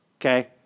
okay